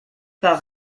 par